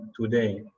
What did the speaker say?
today